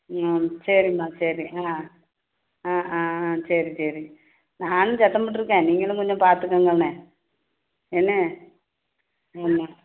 ம் சரிங்கம்மா சரி ஆ ஆ ஆ ஆ சரி சரி நானும் சத்தம் போட்டுருக்கேன் நீங்களும் கொஞ்சம் பார்த்துக்கோங்க அவனை என்ன ஆமாம்